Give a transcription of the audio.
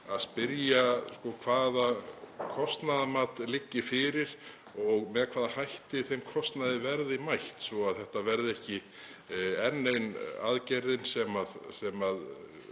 að spyrja hvaða kostnaðarmat liggi fyrir og með hvaða hætti þeim kostnaði verði mætt svo að þetta verði ekki enn ein aðgerðin sem